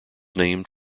named